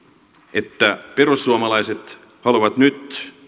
että perussuomalaiset haluavat nyt